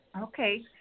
Okay